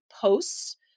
posts